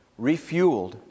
refueled